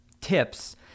tips